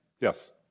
Yes